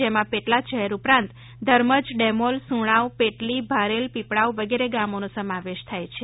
જેમાં પેટલાદ શહેર ઉપરાંત ધર્મજ ડેમોલ સુણાવ પેટલી ભારેલ પીપળાવ વગેરે ગામોનો સમાવેશ થાય છે